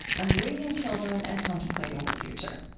on raising children, and contemplating the future.